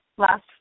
Last